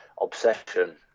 obsession